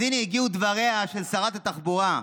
אז הינה הגיעו דבריה של שרת התחבורה: